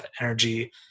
energy